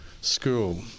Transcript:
school